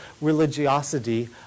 religiosity